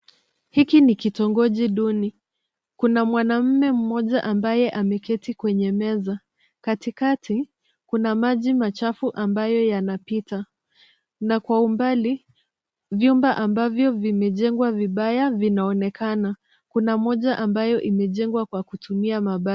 Hiki kitongoji duni kuna mwanamume mmoja ambaye ameketi kwenye meza katikati kuna maji machafu ambayo yanapita. Na kwa umbali vyumba ambavyo vimejengwa vibaya vinaonekana. Kuna moja ambayo imejengwa kwa kutumia mabati.